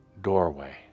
doorway